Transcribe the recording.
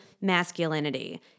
masculinity